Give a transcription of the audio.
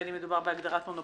בין אם מדובר בהגדרת מונופול,